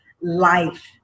life